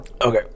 Okay